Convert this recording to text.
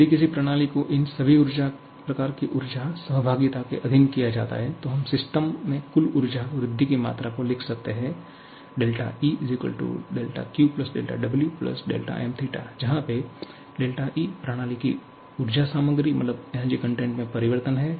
यदि किसी प्रणाली को इन सभी प्रकार की ऊर्जा सहभागिता के अधीन किया जाता है तो हम सिस्टम में कुल ऊर्जा वृद्धि की मात्रा को लिख सकते हैं ΔE δQ δW δmθ जहा पे ΔE प्रणाली की ऊर्जा सामग्री में परिवर्तन है